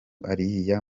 ariya